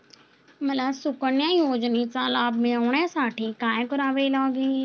मला सुकन्या योजनेचा लाभ मिळवण्यासाठी काय करावे लागेल?